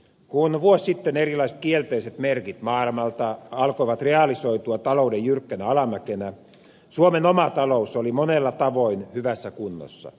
kun vuosi sitten erilaiset kielteiset merkit maailmalta alkoivat realisoitua talouden jyrkkänä alamäkenä suomen oma talous oli monella tavoin hyvässä kunnossa